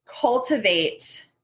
cultivate